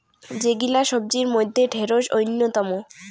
যেগিলা সবজির মইধ্যে ঢেড়স অইন্যতম